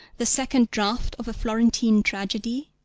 the second draft of a florentine tragedy,